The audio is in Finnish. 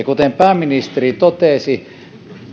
kuten pääministeri totesi